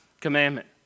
commandment